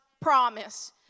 promise